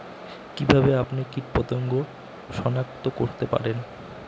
কিভাবে আপনি কীটপতঙ্গ সনাক্ত করতে পারেন?